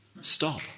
Stop